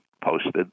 posted